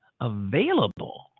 available